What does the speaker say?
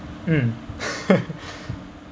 mm